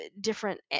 different